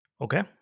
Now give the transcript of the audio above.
Okay